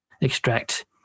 extract